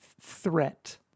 threat